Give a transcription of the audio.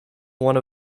one